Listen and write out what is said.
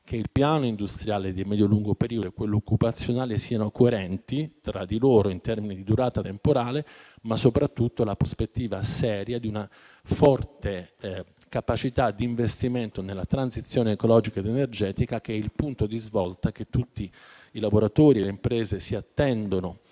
che il piano industriale di medio e lungo periodo e quello occupazionale siano coerenti tra di loro in termini di durata temporale, ma soprattutto che vi sia la prospettiva seria di una forte capacità di investimento nella transizione ecologica ed energetica, che è il punto di svolta che tutti i lavoratori e le imprese si attendono